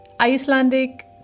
Icelandic